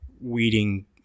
weeding